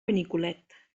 benicolet